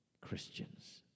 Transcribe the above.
Christians